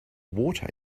water